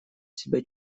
себя